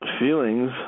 Feelings